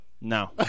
No